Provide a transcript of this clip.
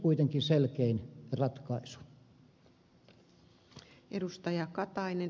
se olisi kuitenkin selkein ratkaisu